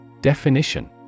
Definition